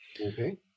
Okay